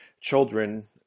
children